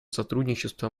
сотрудничества